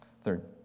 Third